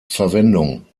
verwendung